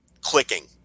clicking